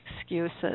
excuses